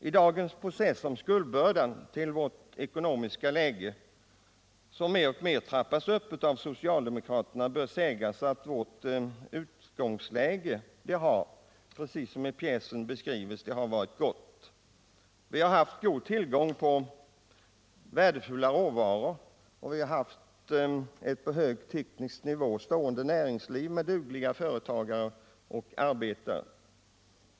I dagens process om skuldbördan när det gäller vårt ekonomiska läge — den trappas ju upp mer och mer av socialdemokraterna — bör sägas att vårt utgångsläge har varit gott. Vi har haft god tillgång på värdefulla råvaror och ett på hög teknisk nivå stående nänngsliv med dugliga företagare och arbetare.